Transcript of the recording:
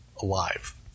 alive